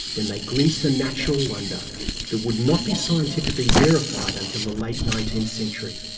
then they glimpsed a natural wonder that would not be scientifically verified until the late nineteenth century